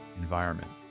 environment